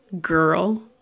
girl